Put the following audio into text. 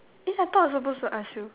eh I thought I supposed to ask you